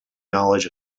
knowledge